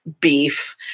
beef